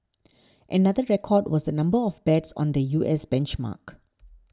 another record was the number of bets on the U S benchmark